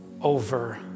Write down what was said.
over